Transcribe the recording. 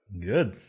Good